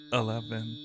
eleven